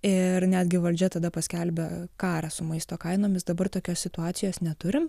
ir netgi valdžia tada paskelbia karą su maisto kainomis dabar tokios situacijos neturim